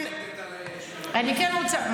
--- מה?